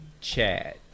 Chad